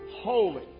Holy